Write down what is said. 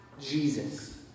Jesus